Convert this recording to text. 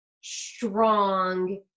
strong